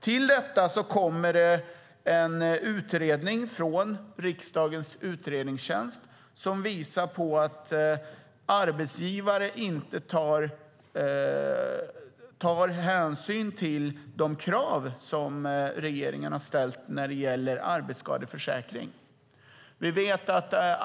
Till detta kommer en utredning från riksdagens utredningstjänst som visar att arbetsgivare inte tar hänsyn till de krav som regeringen ställer när det gäller arbetsskadeförsäkring.